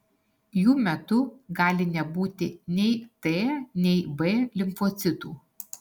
jų metu gali nebūti nei t nei b limfocitų